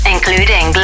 including